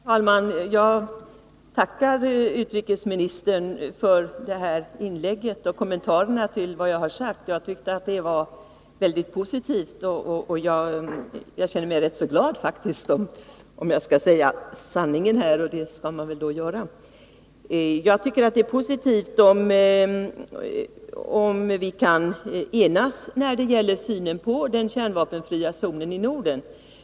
Herr talman! Jag tackar utrikesministern för inlägget och kommentarerna till vad jag sagt. Jag tyckte det var mycket positivt, och jag känner mig faktiskt rätt så glad, om jag skall säga sanningen — och det skall man väl göra. Jag tycker det är positivt om vi kan enas när det gäller synen på en kärnvapenfri zon i Norden.